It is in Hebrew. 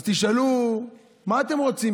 אז תשאלו: מה אתם רוצים,